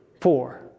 four